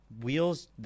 wheels